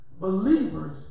believers